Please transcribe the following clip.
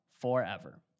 forever